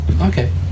Okay